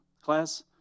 class